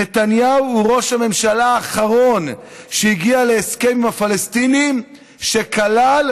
נתניהו הוא ראש הממשלה האחרון שהגיע להסכם עם הפלסטינים שכלל